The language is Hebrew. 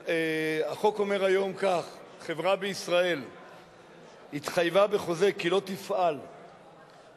החוק אומר היום כך: חברה בישראל התחייבה בחוזה כי לא תפעל או